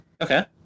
Okay